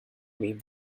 leave